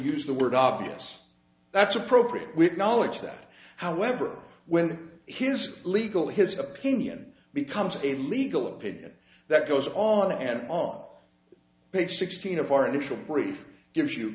use the word obvious that's appropriate with knowledge that however when his legal his opinion becomes a legal opinion that goes on and on picture sixteen of